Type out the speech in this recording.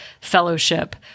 fellowship